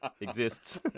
Exists